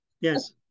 yes